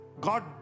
God